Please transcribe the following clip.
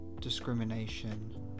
discrimination